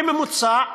בממוצע,